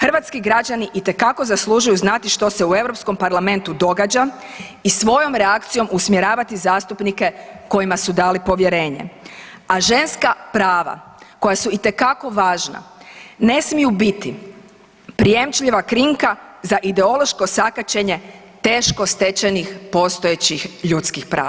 Hrvatski građani itekako zaslužuju znati što se u Europskom parlamentu događa i svojom reakcijom usmjeravati zastupnike kojima su dali povjerenje, a ženska prava koja su itekako važna ne smiju biti prijemčljiva krinka za ideološko sakaćenje teško stečenih postojećih ljudskih prava.